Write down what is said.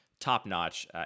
top-notch